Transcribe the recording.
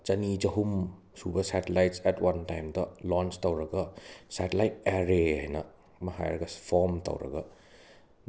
ꯆꯥꯅꯤ ꯆꯥꯍꯨꯝ ꯁꯨꯕ ꯁꯦꯇꯤꯂꯥꯏꯠ꯭ꯁ ꯑꯦꯠ ꯋꯥꯟ ꯇꯥꯏꯝꯗ ꯂꯣꯟ꯭ꯆ ꯇꯧꯔꯒ ꯁꯦꯇꯤꯂꯥꯏꯠ ꯑꯦꯔꯦ ꯍꯥꯏꯅ ꯑꯃ ꯍꯥꯏꯔꯒ ꯐꯣꯔ꯭ꯝ ꯇꯧꯔꯒ